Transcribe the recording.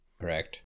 Correct